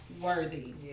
worthy